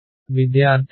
విద్యార్థి ∂∂z0